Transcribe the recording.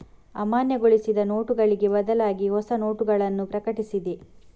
ಅಮಾನ್ಯಗೊಳಿಸಿದ ನೋಟುಗಳಿಗೆ ಬದಲಾಗಿಹೊಸ ನೋಟಗಳನ್ನು ಪ್ರಕಟಿಸಿದೆ